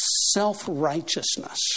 Self-righteousness